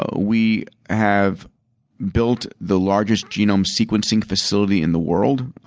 ah we have built the largest genome sequencing facility in the world.